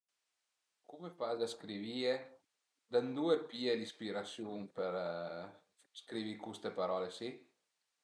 Cume faze a scrivìe? Da ëndua pìe l'inspirasiun për scrivi custe parole si?